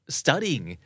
studying